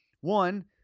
One